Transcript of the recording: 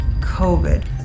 COVID